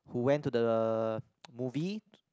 who went to the movie